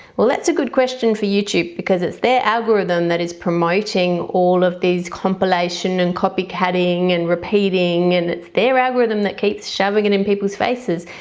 well that's a good question for youtube because it's their algorithm that is promoting all of this compilation and copycatting and repeating and their algorithm that keeps shoving it and in people's faces.